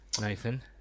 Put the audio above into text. nathan